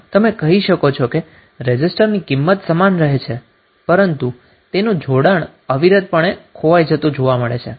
આમ તમે કહી શકો છો કે રેઝિસ્ટરની કિંમત સમાન રહે છે પરંતુ તેનું જોડાણ અવિરતપણે બદલાઇ જતું જોવા મળે છે